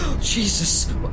Jesus